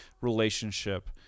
relationship